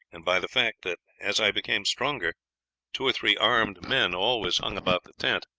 and by the fact that as i became stronger two or three armed men always hung about the tent,